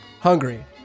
Hungary